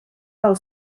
del